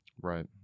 right